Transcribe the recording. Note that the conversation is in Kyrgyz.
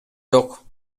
жок